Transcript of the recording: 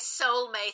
soulmate